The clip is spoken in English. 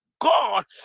God